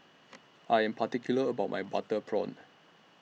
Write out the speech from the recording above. I Am particular about My Butter Prawn